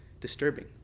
disturbing